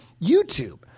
YouTube